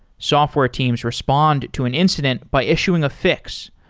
software teams respond to an incident by issuing a fix.